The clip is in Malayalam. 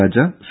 രാജ സി